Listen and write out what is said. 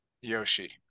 Yoshi